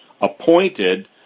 appointed